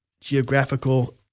geographical